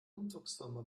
umzugsfirma